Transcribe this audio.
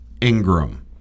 Ingram